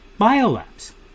biolabs